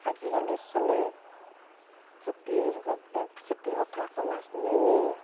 আজিকালি চলি খেতিৰ বাবে এই খেতিৰ কথা একো নাজনেই